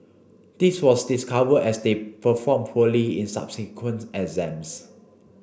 this was discovered as they performed poorly in subsequent exams